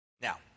now